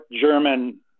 German